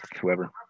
whoever